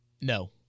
no